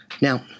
Now